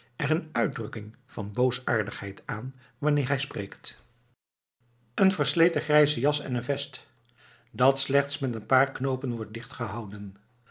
er een uitdrukking van boosaardigheid aan wanneer hij spreekt een versleten grijze jas en een vest dat slechts met een paar knoopen wordt